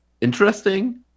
interesting